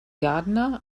gardener